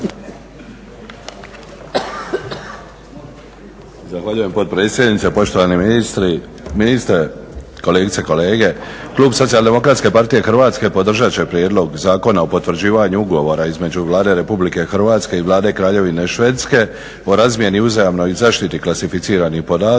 Zahvaljujem potpredsjednice. Poštovani ministre, kolegice i kolege. Klub SDP-a Hrvatske podržat će Prijedlog zakona o potvrđivanju ugovora između Vlade RH i Vlade Kraljevine Švedske o razmjeni i uzajamnoj zaštiti klasificiranih podataka